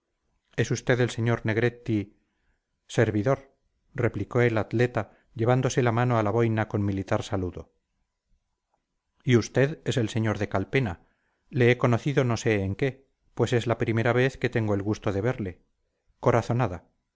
es usted el señor negretti servidor replicó el atleta llevándose la mano a la boina con militar saludo y usted es el sr de calpena le he conocido no sé en qué pues es la primera vez que tengo el gusto de verle corazonada